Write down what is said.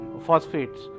phosphates